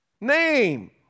name